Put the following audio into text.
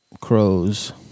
crows